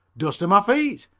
dusta my feet,